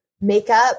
makeup